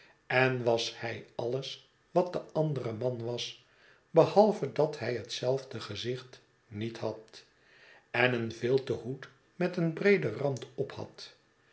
en was hij alles wat de andere man was behalve dat hij hetzelfde gezicht niet had en een vilten hoed met een breeden rand ophad